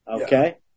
okay